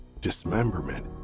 dismemberment